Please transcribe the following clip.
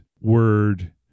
word